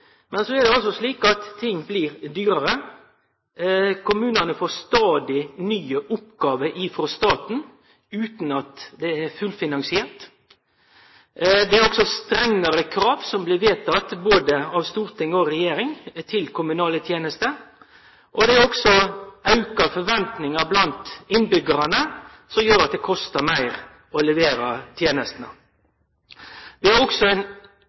Men så er det altså slik at ting blir dyrare. Kommunane får stadig nye oppgåver frå staten, utan at desse er fullfinansierte. Det er også strengare krav til kommunale tenester som blir vedtekne av Stortinget. Det er også auka forventningar blant innbyggjarane som gjer at det kostar meir å levere tenestene. Det er også ein